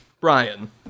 Brian